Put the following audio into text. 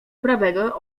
prawego